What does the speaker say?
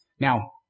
Now